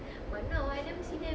!wah!